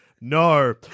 No